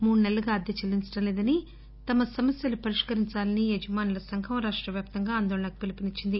మూడు నెలలుగా అద్దె చెల్లించడం లేదని తమ సమస్యలు పరిష్కరించాలని యజమానుల సంఘం రాష్టవ్యాప్తంగా ఆందోళనకు పిలుపునిచ్చింది